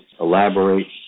elaborate